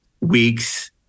weeks